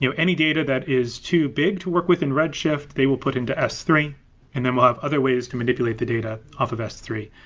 you know any data that is too big to work with in redhift, they will put into s three and then we'll have other ways to manipulate the data off of s three.